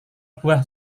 buah